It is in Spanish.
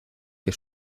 que